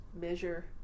measure